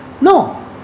No